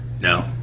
No